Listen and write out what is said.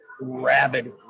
rabid